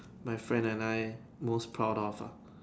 my friend and I most proud of ah